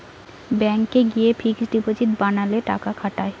ব্যাংকে গিয়ে fixed deposit বানালে টাকা খাটায়